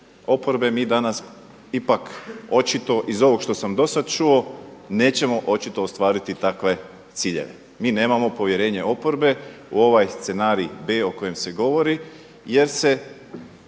oporbe mi danas ipak očito iz ovoga što sam do sada čuo nećemo očito ostvariti takve ciljeve. Mi nemamo povjerenje oporbe u ovaj scenarij B o kojem se govori jer se